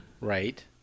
right